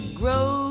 grow